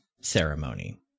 ceremony